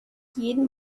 jeden